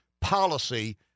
policy